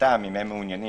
מיוזמתם אם הם מעוניינים